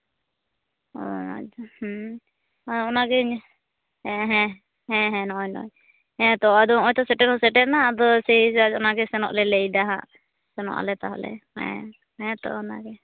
ᱦᱮᱸ ᱟᱪᱪᱷᱟ ᱟᱨ ᱚᱱᱟᱜᱮ ᱦᱮᱸ ᱦᱮᱸ ᱱᱚᱜᱼᱚᱭ ᱱᱚᱜᱼᱚᱭ ᱦᱮᱸᱛᱚ ᱟᱫᱚ ᱱᱚᱜᱼᱚᱭ ᱛᱚ ᱥᱮᱴᱮᱨ ᱦᱚᱸ ᱥᱮᱴᱮᱨᱮᱱᱟ ᱟᱫᱚ ᱥᱮᱭ ᱚᱱᱟᱜᱮ ᱥᱮᱱᱚᱜ ᱞᱮ ᱞᱟᱹᱭᱮᱫᱟ ᱦᱟᱸᱜ ᱥᱮᱱᱚᱜ ᱟᱞᱮ ᱛᱟᱦᱞᱮ ᱦᱮᱸ ᱦᱮᱸ ᱛᱚ ᱚᱱᱟᱜᱮ